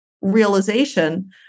realization